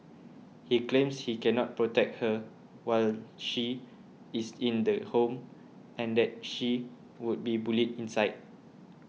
he claims he cannot protect her while she is in the home and that she would be bullied inside